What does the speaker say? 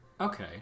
okay